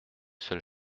seule